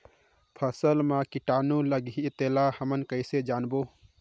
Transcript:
फसल मा कीटाणु लगही तेला हमन कइसे जानबो?